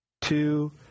two